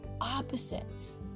opposites